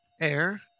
air